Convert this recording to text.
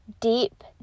deep